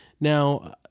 Now